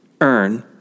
earn